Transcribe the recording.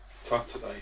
Saturday